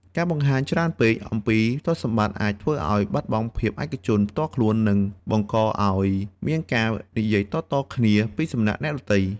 ការបង្ហាញច្រើនពេកអំពីទ្រព្យសម្បត្តិអាចធ្វើឱ្យបាត់បង់ភាពឯកជនផ្ទាល់ខ្លួន និងបង្កឱ្យមានការនិយាយតៗគ្នាពីសំណាក់អ្នកដទៃ។